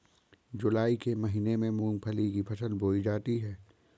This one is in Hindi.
जूलाई के महीने में मूंगफली की फसल बोई जाती है